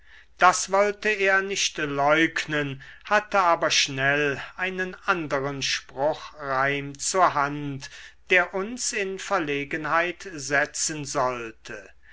das wollte er nicht leugnen hatte aber schnell einen anderen spruchreim zur hand der uns in verlegenheit setzen sollte